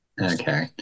Okay